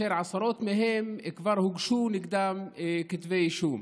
ועשרות מהם, כבר הוגשו נגדם כתבי אישום,